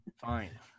fine